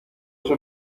eso